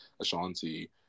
Ashanti